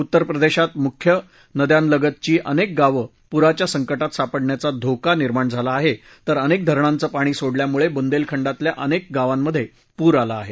उत्तर प्रदेशात मुख्य नद्यालगतची अनेक गावं पूराच्या संकटात सापडण्याचा घोका निर्माण झाला आहे तर अनेक धरणांचं पाणी सोडल्यामुळे बुंदेलखंडातल्या अनेक गावांमध्ये पूर आला आहे